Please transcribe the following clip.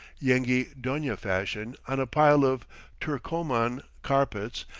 yenghi donia fashion, on a pile of turcoman! carpets,